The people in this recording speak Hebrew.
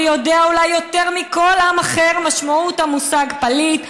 ויודע אולי יותר מכל עם אחר את משמעות המושג פליט,